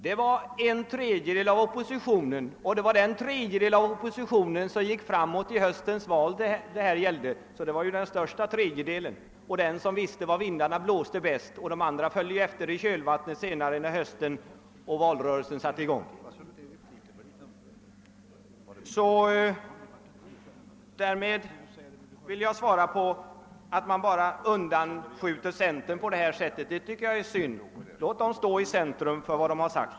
Det var alltså en tredjedel åv oppositionen som stod bakom detta yttrande, den tredjedel som gick framåt i höstens val och som visste vart vindarna blåste — de andra följde sedan efter i kölvattnet när hösten kom och valrörelsen satte i gång. Att man bara skjuter undan centern på detta sätt tycker jag är synd; låt centerpartisterna stå i centrum för vad de sagt!